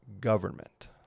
government